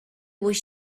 was